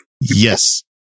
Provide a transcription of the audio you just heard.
Yes